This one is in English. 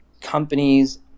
companies